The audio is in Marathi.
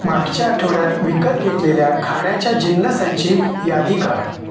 मागच्या आठवड्यात विकत घेतलेल्या खाण्याच्या जिन्नसांची यादी काढ